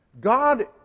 God